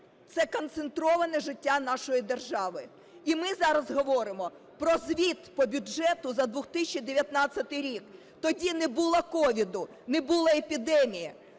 це концентроване життя нашої держави. І ми зараз говоримо про звіт по бюджету за 2019 рік. Тоді не було COVID, не було епідемії,